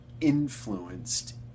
influenced